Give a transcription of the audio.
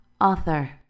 author